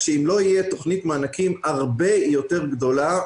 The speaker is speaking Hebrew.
שאם לא תהיה תוכנית מענקים הרבה יותר גדולה,